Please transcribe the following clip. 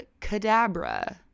cadabra